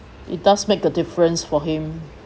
it does make a difference for him